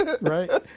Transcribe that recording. Right